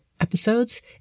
episodes